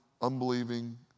unbelieving